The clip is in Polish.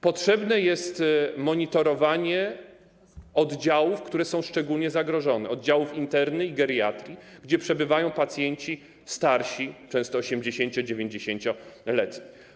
Potrzebne jest monitorowanie oddziałów, które są szczególnie zagrożone, oddziałów interny i geriatrii, gdzie przebywają pacjenci starsi, często 80-, 90-letni.